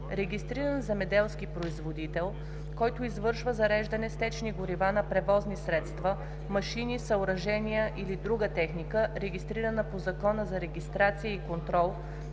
Регистриран земеделски производител, който извършва зареждане с течни горива на превозни средства, машини, съоръжения или друга техника, регистрирана по Закона за регистрация и контрол